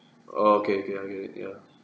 oh okay okay I get it ya